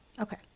Okay